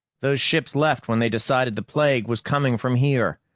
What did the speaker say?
those ships left when they decided the plague was coming from here.